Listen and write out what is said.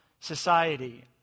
society